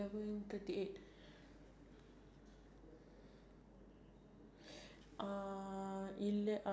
but then I feel like um I don't think it does anything like because because sometimes I would just use the